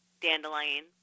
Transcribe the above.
dandelion